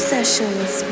Sessions